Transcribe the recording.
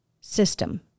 system